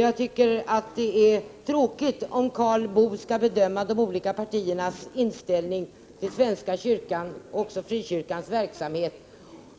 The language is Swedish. Jag tycker att det är tråkigt om Karl Boo bedömer de olika partiernas inställning till svenska kyrkans och frikyrkans verksamhet